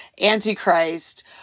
Antichrist